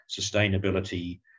sustainability